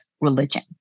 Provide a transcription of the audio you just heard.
religion